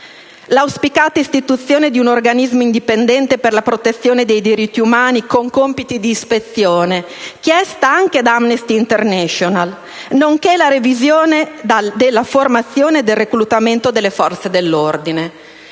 l'auspicata istituzione di un organismo indipendente per la protezione dei diritti umani, con compiti di ispezione, chiesta anche da Amnesty International, nonché la revisione della formazione del reclutamento delle forze dell'ordine.